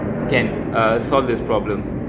can uh solve this problem